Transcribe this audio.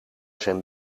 zijn